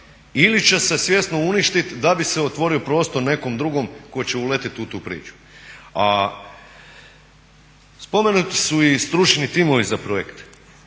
ili će se svjesno uništiti da bi se otvorio prostor nekom drugom tko će uletiti u tu priču. A spomenuti su i stručni timovi za projekte.